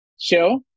show